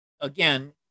again